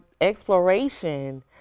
Exploration